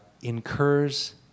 incurs